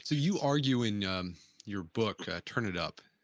so you argue in your book turn it up,